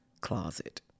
closet